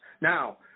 Now